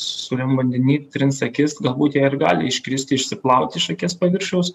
sūriam vandeny trins akis galbūt jie ir gali iškristi išsiplauti iš akies paviršiaus